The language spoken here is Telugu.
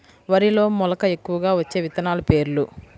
వరిలో మెలక ఎక్కువగా వచ్చే విత్తనాలు పేర్లు?